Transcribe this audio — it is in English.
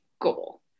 goal